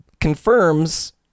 confirms